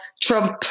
Trump